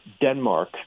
Denmark